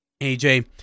AJ